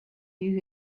you